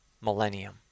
millennium